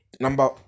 Number